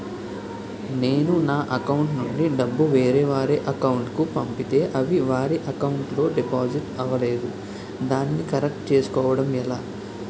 నేను నా అకౌంట్ నుండి డబ్బు వేరే వారి అకౌంట్ కు పంపితే అవి వారి అకౌంట్ లొ డిపాజిట్ అవలేదు దానిని కరెక్ట్ చేసుకోవడం ఎలా?